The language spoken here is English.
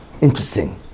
Interesting